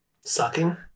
sucking